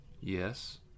Yes